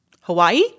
Hawaii